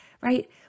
right